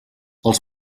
els